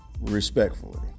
respectfully